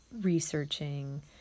researching